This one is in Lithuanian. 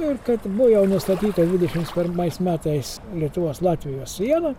nu ir kad buvo nustatyta dvidešims pirmais metais lietuvos latvijos siena